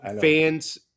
fans